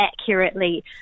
accurately